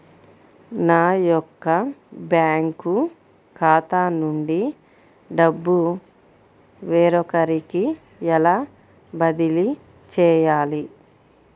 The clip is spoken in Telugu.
నా యొక్క బ్యాంకు ఖాతా నుండి డబ్బు వేరొకరికి ఎలా బదిలీ చేయాలి?